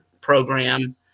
program